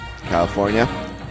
California